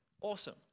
Awesome